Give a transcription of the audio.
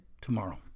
tomorrow